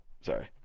sorry